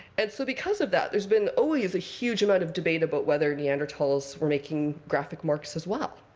and so because of that, there's been always a huge amount of debate about whether neanderthals were making graphic marks as well.